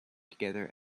together